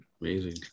Amazing